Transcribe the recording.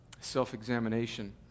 self-examination